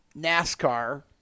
NASCAR